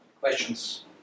questions